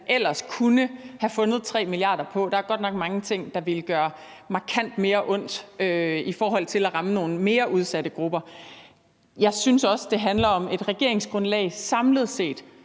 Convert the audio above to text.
ellers kunne have fundet 3 mia. kr. Der er godt nok mange ting, der ville gøre markant mere ondt, i forhold til at ramme nogle mere udsatte grupper. Jeg synes også, det handler om et regeringsgrundlag, som i